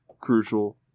Crucial